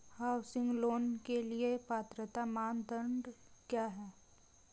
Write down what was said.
Housing loan के लिए पात्रता मानदंड क्या हैं?